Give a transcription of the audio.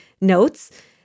notes